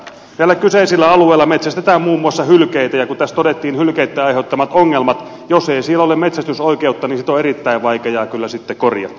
näillä kyseisillä alueilla metsästetään muun muassa hylkeitä ja kun tässä todettiin hylkeitten aiheuttamat ongelmat niin jos ei siellä ole metsästysoikeutta niin niitä on erittäin vaikeaa kyllä sitten korjata